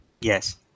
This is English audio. Yes